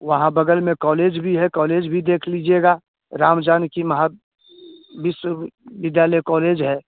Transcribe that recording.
वहाँ बग़ल में कॉलेज भी है कॉलेज भी देख लीजिएगा राम जानकी महा विश्व विद्यालय कॉलेज है